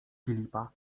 filipa